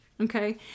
Okay